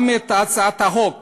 גם להצעת החוק